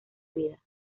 vida